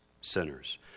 sinners